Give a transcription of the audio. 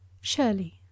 Shirley